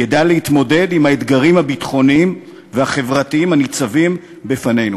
ידע להתמודד עם האתגרים הביטחוניים והחברתיים הניצבים בפנינו.